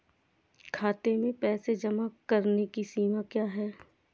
खाते में पैसे जमा करने की सीमा क्या है?